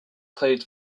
played